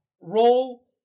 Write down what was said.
Roll